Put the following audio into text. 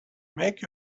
make